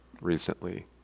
recently